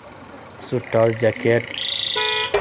sweater jacket